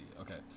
Okay